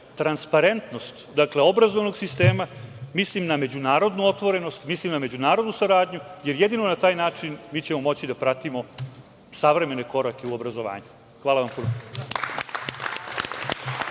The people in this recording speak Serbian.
transparentnost, dakle, obrazovnog sistema, mislim na međunarodnu otvorenost, mislim na međunarodnu saradnju, jer jedino na taj način mi ćemo moći da pratimo savremene korake u obrazovanju. Hvala vam puno.